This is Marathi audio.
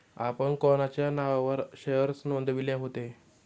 आपण कोणाच्या नावावर शेअर्स नोंदविले होते?